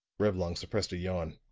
reblong suppressed a yawn.